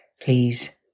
Please